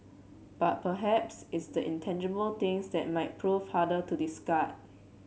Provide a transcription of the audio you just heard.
but perhaps it's the intangible things that might prove harder to discard